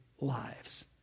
lives